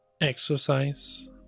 exercise